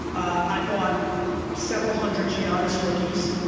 i bought several hundred giannis rookies,